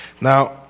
Now